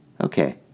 Okay